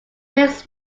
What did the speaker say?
next